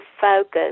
focus